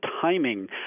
timing